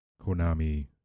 Konami